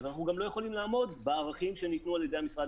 אנחנו גם לא יכולים לעמוד בערכים שנקבעו על-ידי המשרד